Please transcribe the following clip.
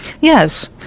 Yes